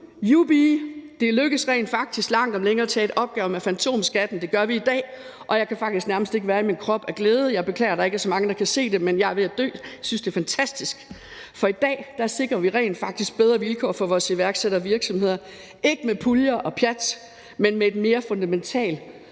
Jubi, det lykkedes rent faktisk langt om længe at tage et opgør med fantomskatten – det gør vi i dag. Og jeg kan faktisk nærmest ikke være i min krop af glæde. Jeg beklager, at der ikke er så mange, der kan se det, men jeg er ved at dø. Jeg synes, det er fantastisk. For i dag sikrer vi rent faktisk bedre vilkår for vores iværksættere og virksomheder, ikke med puljer og pjat, men med et mere fundamentalt,